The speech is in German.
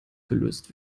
gelöst